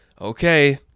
okay